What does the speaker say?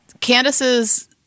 Candace's